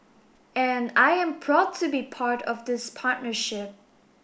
and I am proud to be part of this partnership